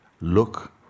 Look